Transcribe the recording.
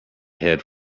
head